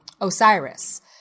Osiris